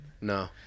no